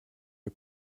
the